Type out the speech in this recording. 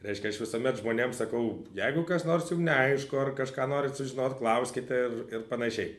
reiškia aš visuomet žmonėm sakau jeigu kas nors jum neaišku ar kažką norit sužinot klauskite ir ir panašiai